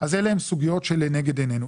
אז אלה הן סוגיות שלנגד עינינו.